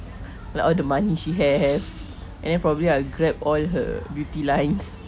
like all the money she have and then probably I'll grab all her beauty lines